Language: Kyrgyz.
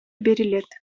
берилет